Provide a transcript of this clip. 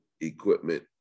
equipment